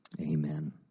Amen